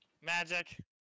Magic